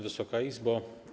Wysoka Izbo!